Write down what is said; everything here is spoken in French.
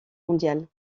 mondiale